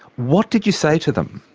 what did you say to them?